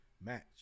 match